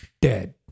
dead